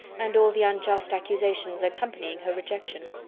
and all the unjust accusations accompanying her rejection.